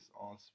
on